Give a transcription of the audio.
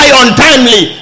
untimely